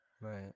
right